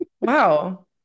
Wow